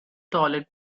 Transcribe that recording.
toilet